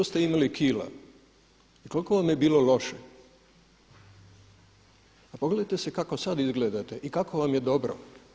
imali kila i koliko vam je bilo loše, a pogledajte kako sad izgledate i kako vam je dobro.